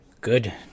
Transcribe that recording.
Good